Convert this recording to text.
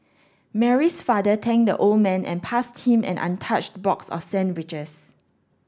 Mary's father thanked the old man and passed him an untouched box of sandwiches